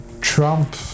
Trump